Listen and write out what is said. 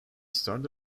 started